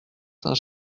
saint